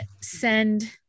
send